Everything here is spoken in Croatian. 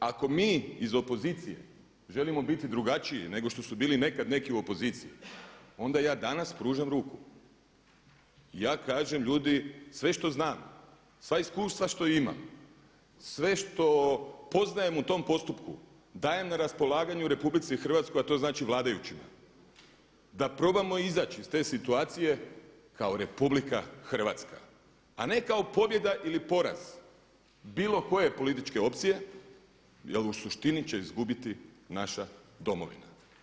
Ako mi iz opozicije želimo biti drugačiji nego što su bili nekad neki u opoziciji onda ja danas pružam ruku i ja kažem ljudi sve što znam, sva iskustva što imam, sve što poznajem u tom postupku dajem na raspolaganje u RH a to znači vladajućima da probamo izaći iz te situacije kao RH a ne kao pobjeda ili poraz bilo koje političke opcije jel u suštini će izgubiti naša domovina.